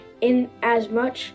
inasmuch